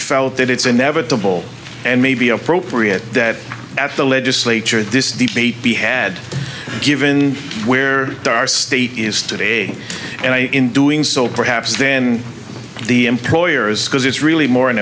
felt that it's inevitable and maybe appropriate that at the legislature this deep meet be had given where our state is today and i in doing so perhaps then the employers because it's really more an